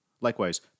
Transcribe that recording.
Likewise